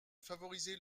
favoriser